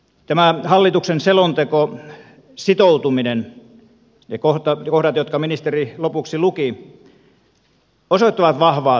tämä hallituksen selonteko sitoutuminen ne kohdat jotka ministeri lopuksi luki osoittavat vahvaa tahtoa